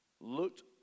looked